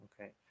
okay